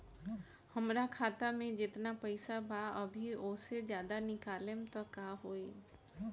हमरा खाता मे जेतना पईसा बा अभीओसे ज्यादा निकालेम त का होई?